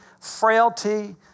frailty